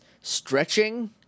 stretching